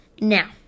Now